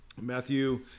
Matthew